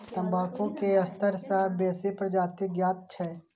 तंबाकू के सत्तर सं बेसी प्रजाति ज्ञात छै